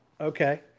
Okay